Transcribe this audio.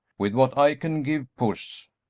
with what i can give puss,